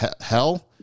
hell